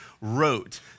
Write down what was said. wrote